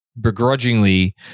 begrudgingly